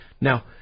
now